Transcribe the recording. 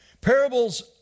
Parables